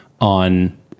on